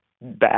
bad